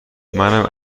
منم